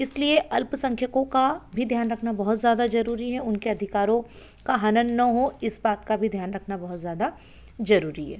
इसलिए अल्पसंख्यकों का भी ध्यान रखना बहुत ज़्यादा ज़रूरी है उनके अधिकारों का हनन ना हो इस बात का भी ध्यान रखना बहुत ज़्यादा जरूरी है